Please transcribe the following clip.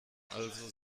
also